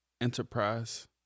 Enterprise